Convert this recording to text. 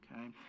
okay